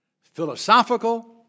philosophical